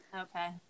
Okay